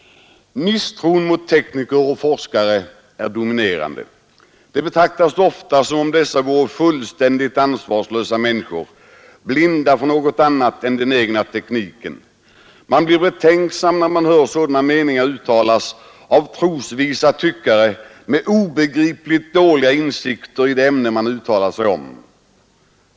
Misstron mot tekniker och forskare är dominerande. Ofta betraktas dessa som fullständigt ansvarslösa människor, blinda för något annat än den egna tekniken. Man blir betänksam när man hör sådana meningar uttalas av trosvissa tyckare med obegripligt dåliga insikter i det ämne de yttrar sig om.